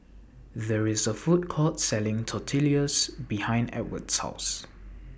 There IS A Food Court Selling Tortillas behind Edw's House